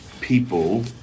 people